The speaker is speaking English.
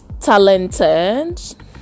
talented